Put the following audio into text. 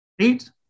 eight